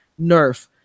Nerf